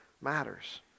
matters